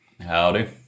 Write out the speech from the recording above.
Howdy